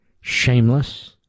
shameless